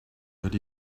that